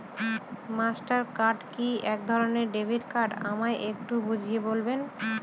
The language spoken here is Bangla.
মাস্টার কার্ড কি একধরণের ডেবিট কার্ড আমায় একটু বুঝিয়ে বলবেন?